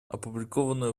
опубликованное